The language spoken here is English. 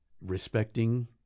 respecting